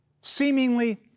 seemingly